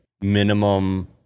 minimum